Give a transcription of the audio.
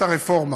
את הרפורמה.